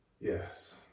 yes